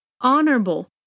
honorable